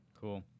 Cool